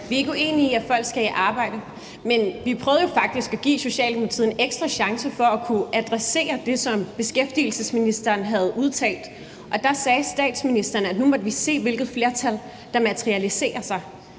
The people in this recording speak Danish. Vi er ikke uenige i, at folk skal i arbejde. Men vi prøvede jo faktisk at give Socialdemokratiet en ekstra chance for at kunne adressere det, som beskæftigelsesministeren havde udtalt. Og der sagde statsministeren, at nu måtte vi se, hvilke flertal der materialiserer sig.